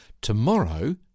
Tomorrow